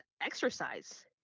exercise